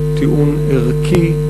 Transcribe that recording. טיעון ערכי,